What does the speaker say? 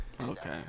Okay